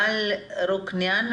גל רוקניאן,